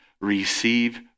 receive